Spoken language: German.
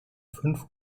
fünf